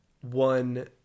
one